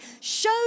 Show